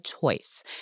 choice